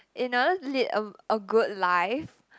in order to lead a a good life